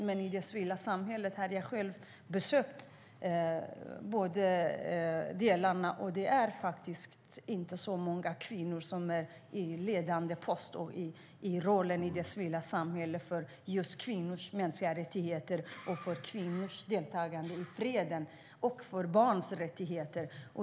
Men jag har själv besökt det civila samhället på båda sidorna, och det är inte särskilt många kvinnor som är i ledande positioner i det civila samhället när det gäller kvinnors mänskliga rättigheter, kvinnors deltagande i freden och barns rättigheter.